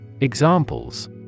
Examples